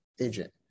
agent